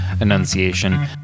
enunciation